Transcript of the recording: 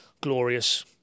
glorious